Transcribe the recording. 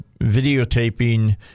videotaping